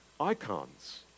icons